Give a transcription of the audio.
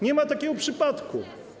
Nie ma takiego przypadku.